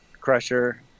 Crusher